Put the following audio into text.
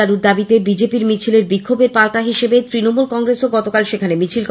তারাতলায় BJP র মিছিলে বিক্ষোভের পাল্টা হিসাবে তৃণমূল কংগ্রেস ও গতকাল সেখানে মিছিল করে